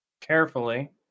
carefully